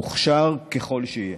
מוכשר ככל שיהיה.